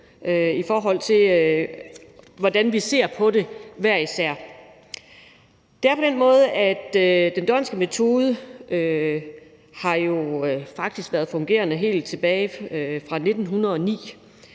i forhold til, hvordan vi ser på det hver især. Det er på den måde, at den d’Hondtske metode jo faktisk har været fungerede helt tilbage fra 1909,